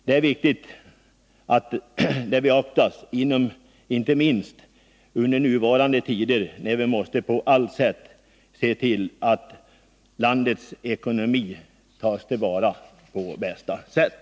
Det är viktigt att frågan beaktas, inte minst under nuvarande tider när vi på allt sätt måste se till att landets ekonomi tas till vara på bästa sätt.